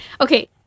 Okay